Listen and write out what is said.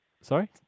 Sorry